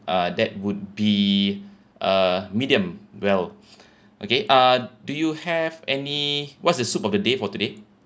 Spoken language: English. uh that would be uh medium well okay uh do you have any what's the soup of the day for today